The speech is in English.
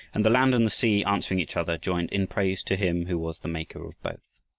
and the land and the sea, answering each other, joined in praise to him who was the maker of both.